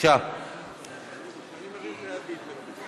אני מרים את היד להתנגדות.